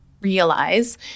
realize